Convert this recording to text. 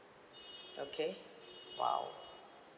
okay !wow!